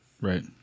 Right